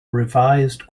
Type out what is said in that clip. revised